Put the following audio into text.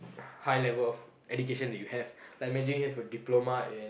high level of education that you have like imagine you have a diploma in